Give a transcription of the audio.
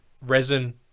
Resin